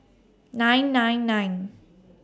nine nine nine